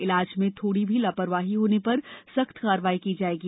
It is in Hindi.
इलाज में थोड़ी भी लापरवाही होने पर सख्त कार्रवाई की जाएगी